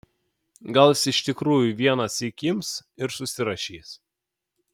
gal jis iš tikrųjų vienąsyk ims ir susirašys